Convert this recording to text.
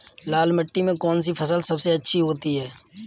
लाल मिट्टी में कौन सी फसल सबसे अच्छी उगती है?